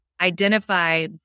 identify